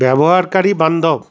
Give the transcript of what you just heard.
ব্যবহারকারী বান্ধব